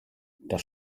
das